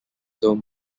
zone